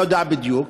אני לא יודע בדיוק,